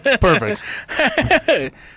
Perfect